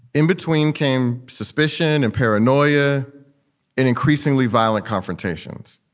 in between came suspicion and paranoia and increasingly violent confrontations.